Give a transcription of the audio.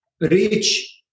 reach